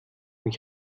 mich